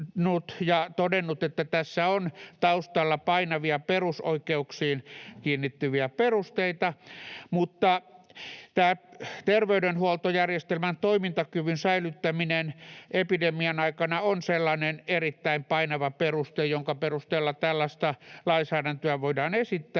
ja todennut, että tässä on taustalla painavia perusoikeuksiin kiinnittyviä perusteita, mutta tämä terveydenhuoltojärjestelmän toimintakyvyn säilyttäminen epidemian aikana on sellainen erittäin painava peruste, jonka perusteella tällaista lainsäädäntöä voidaan esittää,